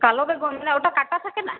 কালো বেগুন ওটা কাঁটা থাকে না